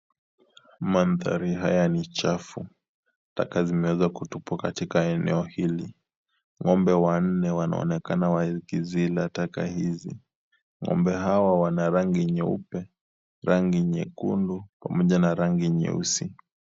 Mandhari haya ni chafu. Taka zimeweza kutupwa katika eneo hili. Ng'ombe wanne wanaonekana wakizila taka hizi. Ng'ombe hawa wana rangi nyeupe, rangi nyekundu pamoja na rangi nyeusi.